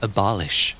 Abolish